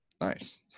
Nice